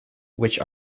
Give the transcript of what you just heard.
which